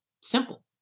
simple